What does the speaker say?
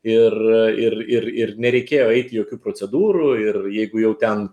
ir ir ir ir nereikėjo eiti jokių procedūrų ir jeigu jau ten